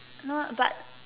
no ah but